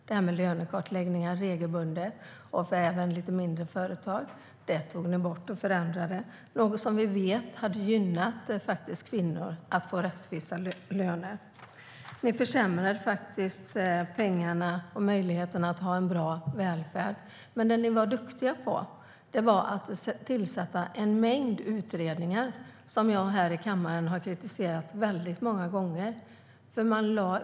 Ni tog bort och förändrade regelbundna lönekartläggningar i mindre företag, något som vi vet hade gynnat rättvisa löner för kvinnor. Ni försämrade pengarna och möjligheterna för att ha en bra välfärd, men ni var duktiga på att tillsätta en mängd utredningar. Det har jag kritiserat många gånger här i kammaren.